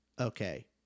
okay